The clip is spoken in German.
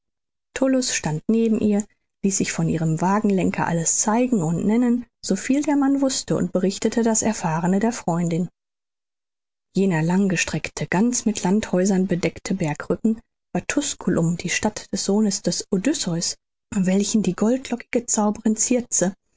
stand neben ihr ließ sich von ihrem wagenlenker alles zeigen und nennen so viel der mann wußte und berichtete das erfahrene der freundin jener langgestreckte ganz mit landhäusern bedeckte bergrücken war tusculum die stadt des sohnes des odysseus welchen die goldlockige